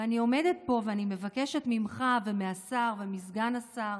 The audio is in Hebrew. ואני עומדת פה ואני מבקשת ממך, מהשר, מסגן השר,